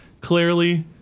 Clearly